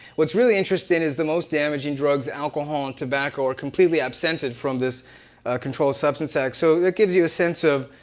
what's really interesting is the most damaging drugs, alcohol and tobacco, are completely absented from this controlled substance act. so that gives you a sense of,